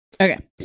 Okay